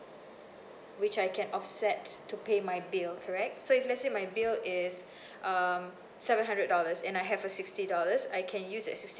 which I can offset to pay my bill correct so if let's say my bill is um seven hundred dollars and I have a sixty dollars I can use that sixty